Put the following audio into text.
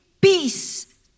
peace